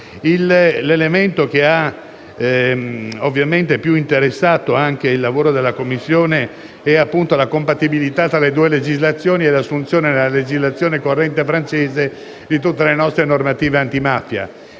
L'elemento che ha interessato maggiormente il lavoro della Commissione è la compatibilità tra le due legislazioni e l'assunzione nella legislazione corrente francese di tutte le nostre norme antimafia.